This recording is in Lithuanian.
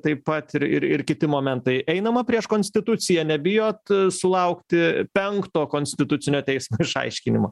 taip pat ir ir ir kiti momentai einama prieš konstituciją nebijot sulaukti penkto konstitucinio teismo išaiškinimo